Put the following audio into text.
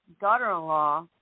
daughter-in-law